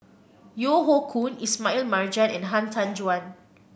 Yeo Hoe Koon Ismail Marjan and Han Tan Juan